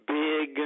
big